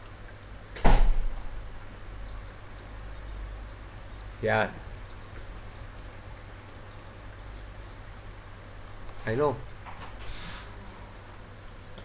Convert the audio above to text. ya I know